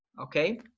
okay